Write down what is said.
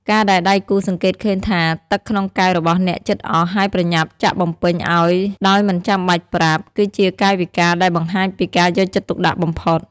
ការដែលដៃគូសង្កេតឃើញថាទឹកក្នុងកែវរបស់អ្នកជិតអស់ ហើយប្រញាប់ចាក់បំពេញឱ្យដោយមិនចាំបាច់ប្រាប់ គឺជាកាយវិការដែលបង្ហាញពីការយកចិត្តទុកដាក់បំផុត។